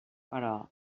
però